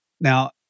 Now